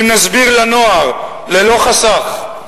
אם נסביר לנוער ללא חשׂך,